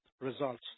results